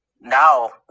now